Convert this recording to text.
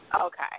Okay